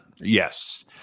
Yes